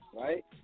right